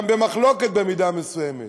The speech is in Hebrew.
גם במחלוקת במידה מסוימת.